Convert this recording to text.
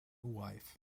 wife